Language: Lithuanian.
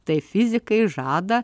tai fizikai žada